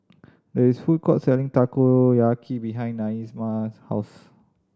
there is a food court selling Takoyaki behind Naima's house